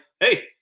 hey